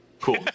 Cool